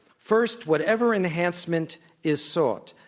first, whatever enhancement is sought,